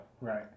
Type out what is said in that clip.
Right